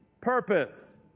purpose